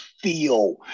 feel